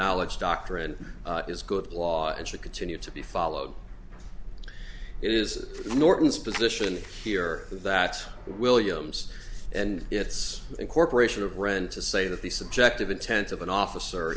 knowledge doctrine is good law and should continue to be followed it is norton's position here that williams and its incorporation of rent to say that the subject of intent of an officer